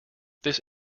this